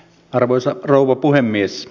arvoisa rouva puhemies